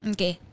Okay